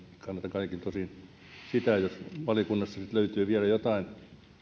kaikilta osin sitä jos valiokunnassa sitten löytyy vielä jotain